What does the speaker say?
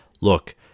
look